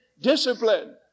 discipline